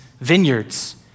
vineyards